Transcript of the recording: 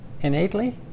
innately